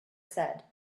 said